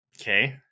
Okay